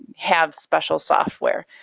have special software.